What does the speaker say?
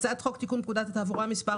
הצעת חוק לתיקון פקודת התעבורה (מס'